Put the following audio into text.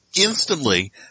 instantly